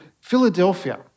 Philadelphia